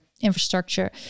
infrastructure